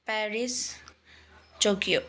Paris Tokyo